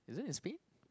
is it in Spain